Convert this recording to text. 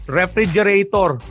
refrigerator